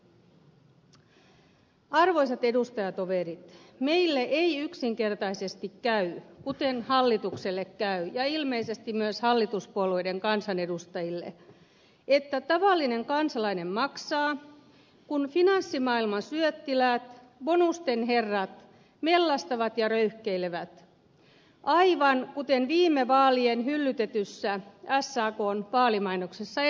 arvoisat edustajatoverit meille ei yksinkertaisesti käy kuten hallitukselle käy ja ilmeisesti myös hallituspuolueiden kansanedustajille että tavallinen kansalainen maksaa kun finanssimaailman syöttiläät bonusten herrat mellastavat ja röyhkeilevät aivan kuten viime vaalien hyllytetyssä sakn vaalimainoksessa ennakoitiin